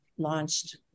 launched